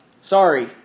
sorry